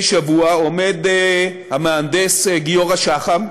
עומד המהנדס גיורא שחם,